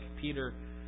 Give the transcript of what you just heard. peter